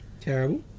terrible